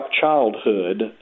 childhood